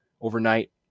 overnight